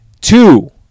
two